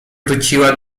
wróciła